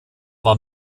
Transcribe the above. war